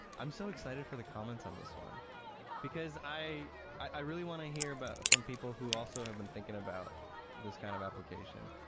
i'm so excited for the comments on this one because i i really wanna hear about from people who also have been thinking about this kind of application.